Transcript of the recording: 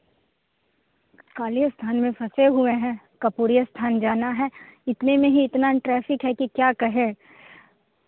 काली स्थान में फँसे हुए हैं कपुड़िया स्थान जाना है इतने में ही इतना ट्रैफिक हैं कि क्या कहें